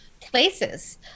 places